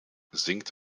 zinkt